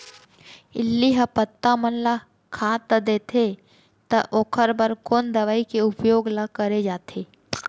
इल्ली ह पत्ता मन ला खाता देथे त ओखर बर कोन दवई के उपयोग ल करे जाथे?